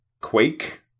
Quake